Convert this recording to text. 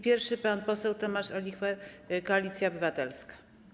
Pierwszy pan poseł Tomasz Olichwer, Koalicja Obywatelska.